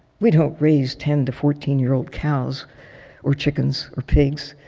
we don't raise ten to fourteen year old cows or chickens or pigs.